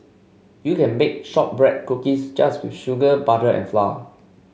you can bake shortbread cookies just with sugar butter and flour